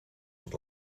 het